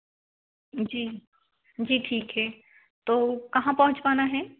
जी जी ठीक है तो कहाँ पहुँचवाना है